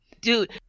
dude